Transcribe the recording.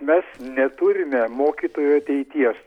mes neturime mokytojų ateities